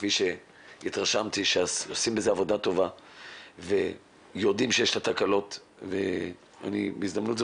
כפי שהתרשמתי עושים עבודה טובה ויודעים שיש את התקלות ובהזדמנות זו